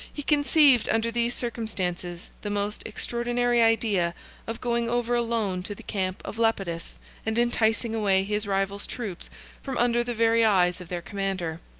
he conceived, under these circumstances, the most extraordinary idea of going over alone to the camp of lepidus and enticing away his rival's troops from under the very eyes of their commander.